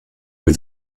with